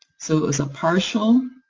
so it was a partial,